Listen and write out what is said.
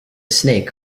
snake